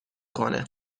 کنه